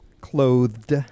clothed